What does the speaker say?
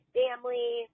family